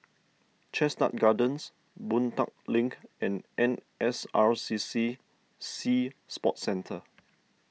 Chestnut Gardens Boon Tat Link and N S R C C Sea Sports Centre